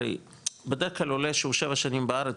הרי בדרך כלל עולה שהוא שבע שנים בארץ,